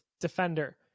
defender